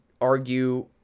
argue